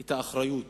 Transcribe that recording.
את האחריות